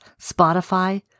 Spotify